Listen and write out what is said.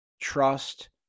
trust